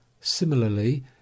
Similarly